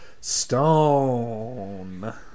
Stone